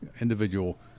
individual